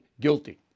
guilty